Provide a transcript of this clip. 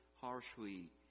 harshly